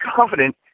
confident